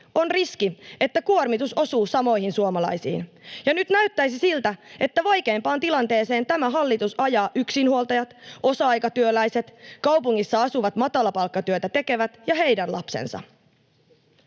on riski, että kuormitus osuu samoihin suomalaisiin, ja nyt näyttäisi siltä, että vaikeimpaan tilanteeseen tämä hallitus ajaa yksinhuoltajat, osa-aikatyöläiset, kaupungissa asuvat matalapalkkatyötä tekevät ja heidän lapsensa.